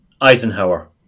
Eisenhower